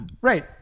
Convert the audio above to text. Right